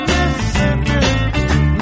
Mississippi